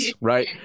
right